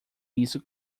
isso